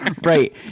Right